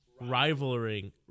rivaling –